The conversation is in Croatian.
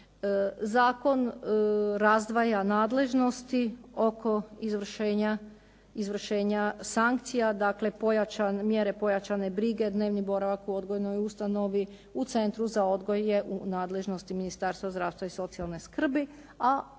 Zakon razdvaja nadležnosti oko izvršenja sankcija, dakle mjere pojačane brige, dnevni boravak u odgojnoj ustanovi u centru za odgoj je u nadležnosti Ministarstva zdravstva i socijalne skrbi,